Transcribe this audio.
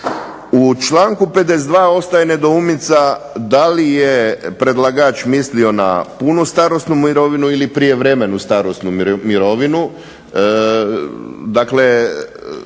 U članku 52. ostaje nedoumica da li je predlagač mislio na punu starosnu mirovinu, ili prijevremenu starosnu mirovinu, dakle